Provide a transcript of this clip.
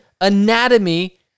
anatomy